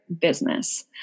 business